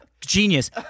Genius